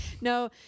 No